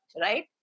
Right